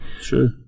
Sure